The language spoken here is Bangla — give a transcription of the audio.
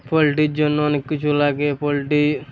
পোলট্রির জন্য অনেক কিছু লাগে পোলট্রি